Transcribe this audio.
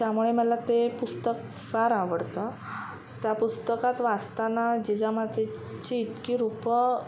त्यामुळे मला ते पुस्तक फार आवडतं त्या पुस्तकात वाचताना जिजामातेची इतकी रूपं